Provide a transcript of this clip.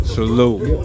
Salute